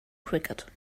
cricket